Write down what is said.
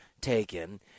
taken